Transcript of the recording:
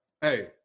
hey